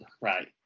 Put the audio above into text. Right